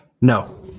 No